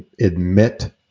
admit